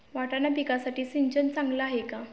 वाटाणा पिकासाठी सिंचन चांगले आहे का?